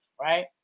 right